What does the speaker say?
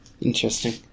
Interesting